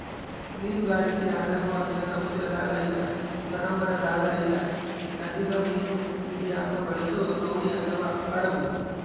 ಮೀನುಗಾರಿಕೆ ಹಡಗು ಅಂದ್ರ ಸಮುದ್ರದಾಗ ಇಲ್ಲ ಸರೋವರದಾಗ ಇಲ್ಲ ನದಿಗ ಮೀನು ಹಿಡಿಯಕ ಬಳಸೊ ದೋಣಿ ಅಥವಾ ಹಡಗು